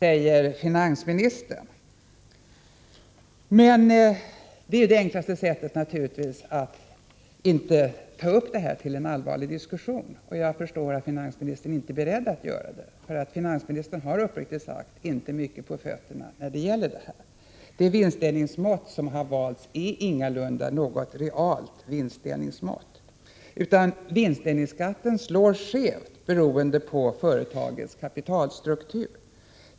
Herr talman! Verkstadsföreningens enkät är hypotetisk, säger finansministern. Det är naturligtvis det enklaste sättet att inte ta upp detta problem till en allvarlig diskussion. Jag förstår att finansministern inte är beredd att göra det. Han har uppriktigt sagt inte mycket på fötterna i den här frågan. Det vinstdelningsmått som har valts är ingalunda ett realt vinstdelningsmått. Vinstdelningsskatten slår skevt beroende på företagets kapitalstruktur.